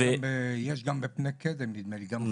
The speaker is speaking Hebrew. יש גם בבני קדם נדמה לי.